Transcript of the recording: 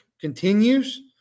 continues